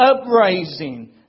uprising